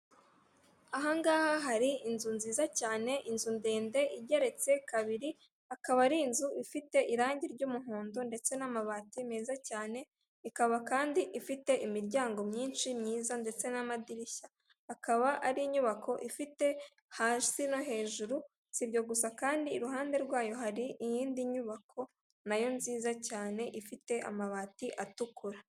Ahangaha hari inzu nziza cyane, inzu ndende igeretse kabiri, akaba ari inzu ifite irangi ry'umuhondo ndetse n'amabati meza cyane, ikaba kandi ifite imiryango myinshi myiza ndetse n'amadirishya, akaba ari inyubako ifite hasi no hejuru. Si ibyo gusa kandi iruhande rwayo hari iyindi nyubako nayo nziza cyane ifite amabati atukura.